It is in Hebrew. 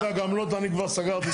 אל תדאג, עמלות אני כבר סגרתי.